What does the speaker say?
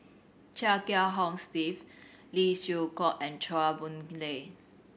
Chia Kiah Hong Steve Lee Siew Choh and Chua Boon Lay